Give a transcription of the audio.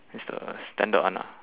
is the standard one ah